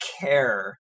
care